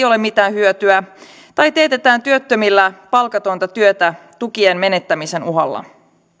ole mitään hyötyä tai teetetään työttömillä palkatonta työtä tukien menettämisen uhalla